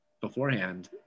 beforehand